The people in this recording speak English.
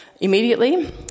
immediately